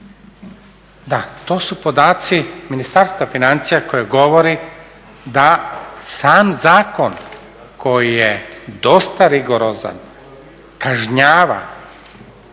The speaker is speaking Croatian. Da, to su podaci Ministarstva financija koje govori da sam zakon koji je dosta rigorozan kažnjava,